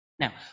Now